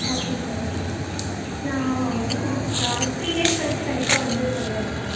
okay sir okay sir நான் நான் three days கழித்து கண்டிப்பாக வந்து சொல்லிகிறேன் சார்